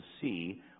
see